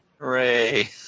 Hooray